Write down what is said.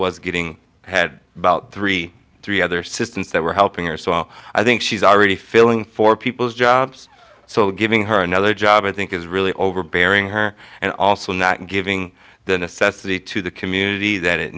was getting had about three three other systems that were helping her so i think she's already filling for people's jobs so giving her another job i think is really overbearing her and also not giving the necessity to the community that it